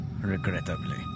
Regrettably